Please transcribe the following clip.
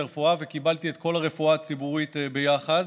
לרפואה וקיבלתי את כל הרפואה הציבורית ביחד.